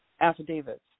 affidavits